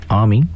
Army